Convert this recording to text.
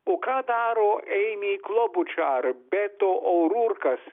o ką daro eimi klobučar beto orurkas